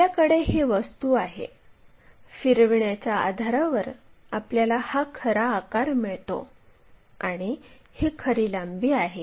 आपल्याकडे ही वस्तू आहे फिरविण्याच्या आधारावर आपल्याला हा खरा आकार मिळतो आणि ही खरी लांबी आहे